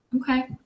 Okay